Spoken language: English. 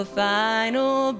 final